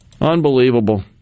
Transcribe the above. Unbelievable